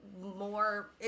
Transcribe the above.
more